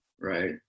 Right